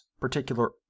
particular